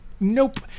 nope